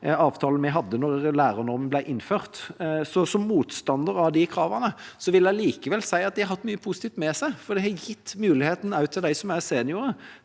avtalen vi hadde da lærernormen ble innført. Som motstander av de kravene vil jeg likevel si at de har hatt mye positivt med seg, for det har gitt muligheten også til dem som er seniorer,